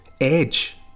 edge